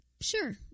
Sure